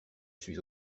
suis